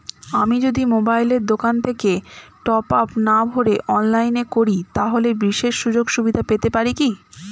আমি যদি মোবাইলের দোকান থেকে টপআপ না ভরে অনলাইনে করি তাহলে বিশেষ সুযোগসুবিধা পেতে পারি কি?